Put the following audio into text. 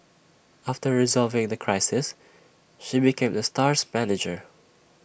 after resolving the crisis she became the star's manager